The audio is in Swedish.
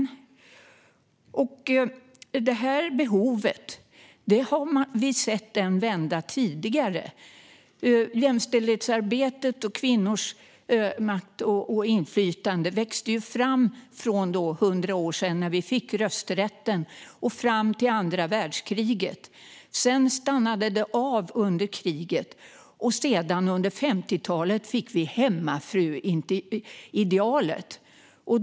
Vi har sett behovet under en tidigare vända. Jämställdhetsarbetet och kvinnors makt och inflytande växte fram för hundra år sedan, när vi fick rösträtt, fram till andra världskriget. Sedan stannade det av under kriget, och under 50-talet fick vi hemmafruidealet.